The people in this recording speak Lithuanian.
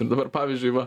ir dabar pavyzdžiui va